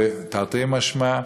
תרתי משמע.